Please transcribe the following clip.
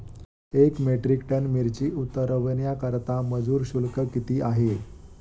एक metric tonne मिरची उतरवण्याकरता मजुर शुल्क किती आहे?